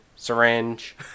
syringe